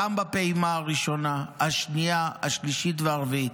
גם בפעימה הראשונה, השנייה, השלישית והרביעית.